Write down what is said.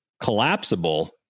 collapsible